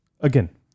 Again